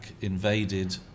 invaded